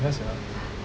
that's err